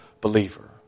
believer